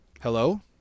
Hello